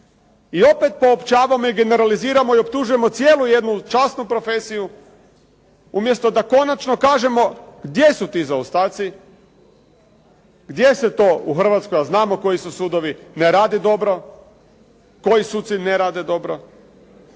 I opet poopćavamo i generaliziramo i optužujemo cijelu jednu časnu profesiju umjesto da konačno kažemo gdje su ti zaostaci? Gdje se to u Hrvatskoj, a znamo koji su sudovi ne radi dobro. Koji suci ne rade dobro?